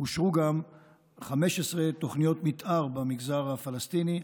אושרו גם 15 תוכניות מתאר במגזר הפלסטיני,